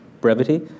brevity